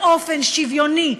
באופן שוויוני,